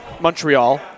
Montreal